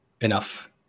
enough